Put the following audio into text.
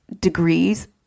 degrees